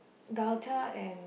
dalcha and